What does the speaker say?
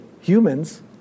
humans